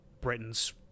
Britain's